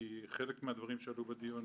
כי חלק מהדברים שעלו בדיון